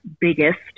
biggest